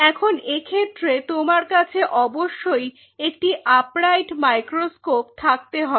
এখন এক্ষেত্রে তোমার কাছে অবশ্যই একটি আপরাইট মাইক্রোস্কোপ থাকতে হবে